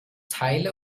teile